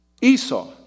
Esau